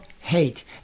hate